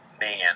man